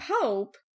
pope